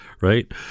right